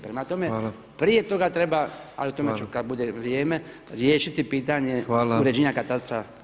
Prema tome, prije toga treba ali o tome ću kada bude vrijeme riješiti pitanje uređenja katastra